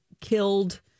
killed